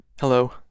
Hello